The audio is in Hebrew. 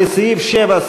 לסעיף 7,